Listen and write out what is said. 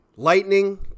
Lightning